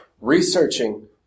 researching